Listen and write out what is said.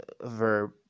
verb